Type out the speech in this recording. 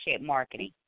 marketing